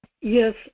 Yes